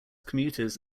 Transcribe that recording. commuters